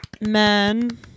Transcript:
men